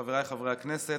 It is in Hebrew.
חבריי חברי הכנסת,